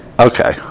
okay